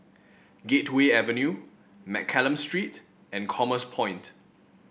Gateway Avenue Mccallum Street and Commerce Point